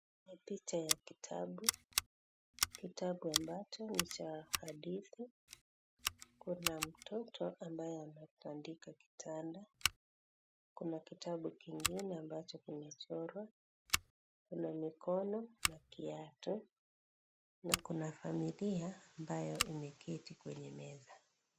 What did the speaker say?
Ni picha ya kitabu. Kitabu ambacho ni cha hadithi. Kuna mtoto ambaye anatandika kitanda. Kuna kitabu kingine ambacho kimechorwa. Kuna mikono na kiatu na kuna familia ambayo imeketi kwenye meza.